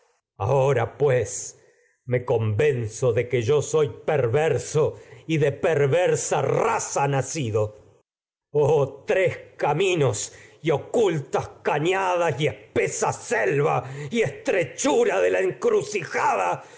ahora pues raza me convenzo de perverso y de perversa das mi nacido y oh tres caminos y ocultas caña que y espesa selva estrechura de manos la encrucijada